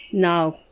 Now